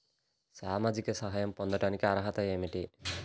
సామాజిక సహాయం పొందటానికి అర్హత ఏమిటి?